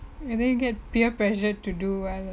maybe you get peer pressure to do well